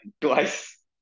twice